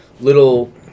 little